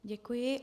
Děkuji.